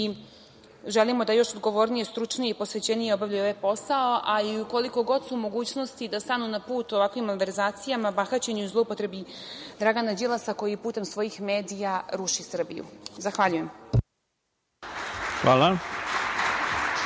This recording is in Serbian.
i želimo da još odgovornije, stručnije i posvećenije obavljaju ovaj posao i, ukoliko su u mogućnosti, da stanu na put ovakvim malverzacijama, bahaćenju i zloupotrebi Drana Đilasa, koji putem svojih medija ruši Srbiju. Zahvaljujem. **Ivica